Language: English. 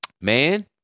man